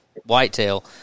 whitetail